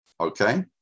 Okay